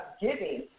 giving